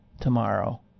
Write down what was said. tomorrow